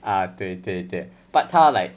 ah 对对对 but 他 like